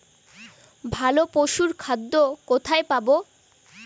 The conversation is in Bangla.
ভালো পশুর খাদ্য কোথায় পাবো?